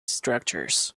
structures